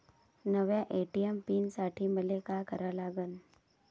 नव्या ATM pin साठी मले का करा लागन?